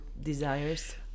desires